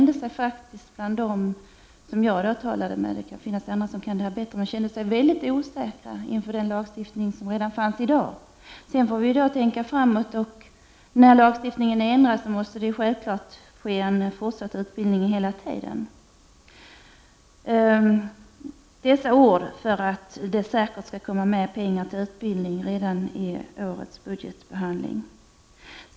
De jag talade med — det kan visserligen finnas de som kan den här saken bättre — kände sig väldigt osäkra inför den lagstiftning som fanns redan i dag. Sedan får vi tänka framåt. När lagstiftningen ändras måste det självklart ske en fortsatt utbildning hela tiden. Detta har jag velat anföra för att det säkert skall komma med redan i årets budgetbehandling.